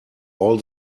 all